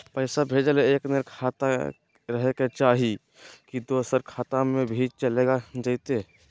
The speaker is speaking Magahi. पैसा भेजे ले एके नियर खाता रहे के चाही की दोसर खाता में भी चलेगा जयते?